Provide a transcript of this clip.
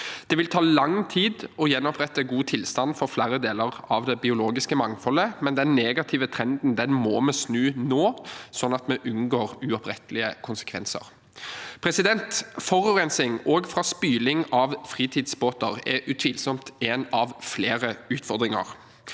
Det vil ta lang tid å gjenopprette god tilstand for flere deler av det biologiske mangfoldet, men den negative trenden må vi snu nå, slik at vi unngår uopprettelige konsekvenser. Forurensning, også fra spyling av fritidsbåter, er utvilsomt en av flere utfordringer.